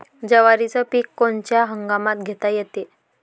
जवारीचं पीक कोनच्या हंगामात घेता येते?